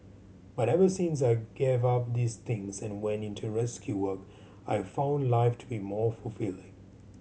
but ever since I gave up these things and went into rescue work I've found life to be more fulfilling